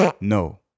No